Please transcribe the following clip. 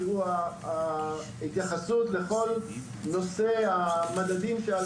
תראו ההתייחסות לכל נושא המדדים שעל